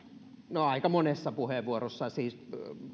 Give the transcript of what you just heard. no aika monessa puheenvuorossa siis